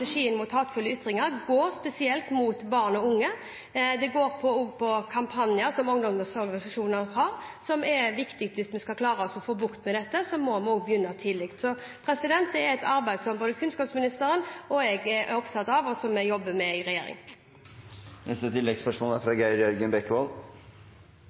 mot hatefulle ytringer, går spesielt på barn og unge. Det går også på kampanjer som ungdomsorganisasjoner har, som er viktig. Hvis vi skal klare å få bukt med dette, må vi begynne tidlig. Så dette er et arbeid som både kunnskapsministeren og jeg er opptatt av, og som vi jobber med i